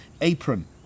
apron